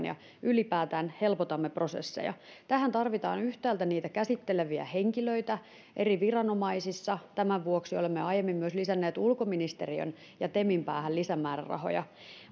ja ylipäätään helpotamme prosesseja tähän tarvitaan niitä käsitteleviä henkilöitä eri viranomaisissa ja tämän vuoksi olemme aiemmin myös lisänneet ulkoministeriön ja temin päähän lisämäärärahoja